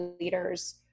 leaders